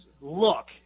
look